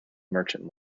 merchant